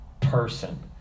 person